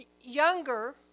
younger